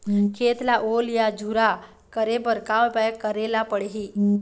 खेत ला ओल या झुरा करे बर का उपाय करेला पड़ही?